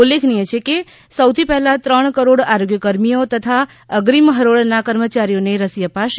ઉલ્લેખનીય છે કે સૌથી પહેલા ત્રણ કરોડ આરોગ્ય કર્મીઓ તથા અગ્રીમ હરોળના કર્મચારીઓને રસી અપાશે